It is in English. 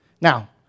Now